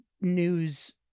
news